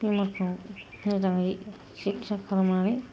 बेमारखौ मोजाङै सिकित्सा खालामनानै